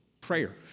prayer